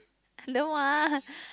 I don't want